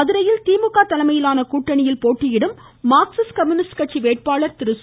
மதுரையில் திமுக தலைமையிலான கூட்டணயில் போட்டியிடும் மார்க்சிஸ்ட் கம்யூனிஸ்ட் கட்சி வேட்பாளர் சு